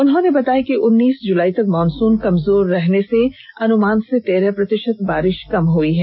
उन्होंने बताया कि उन्नीस जुलाई तक मानसून कमजोर रहने से अनुमान से तेरह प्रतिशत बारिश कम हुई है